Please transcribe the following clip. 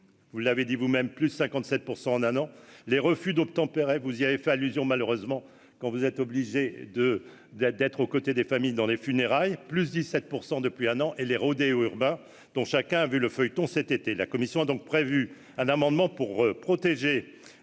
vous l'avez dit vous-même plus 57 % en un an, les refus d'obtempérer, vous y avez fait allusion, malheureusement quand vous êtes obligé de, de, d'être aux côtés des familles dans les funérailles, plus 17 % depuis un an et les rodéos urbains dont chacun vu le feuilleton cet été, la commission a donc prévu un amendement pour protéger